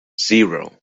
zero